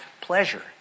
pleasure